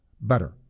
better